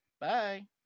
bye